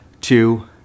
two